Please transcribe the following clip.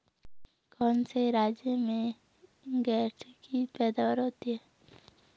कौन से राज्य में गेंठी की पैदावार होती है?